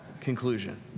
conclusion